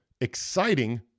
exciting